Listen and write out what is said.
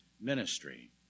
ministry